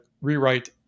rewrite